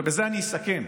ובזה אני אסכם,